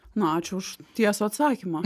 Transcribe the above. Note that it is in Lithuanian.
na ačiū už tiesų atsakymą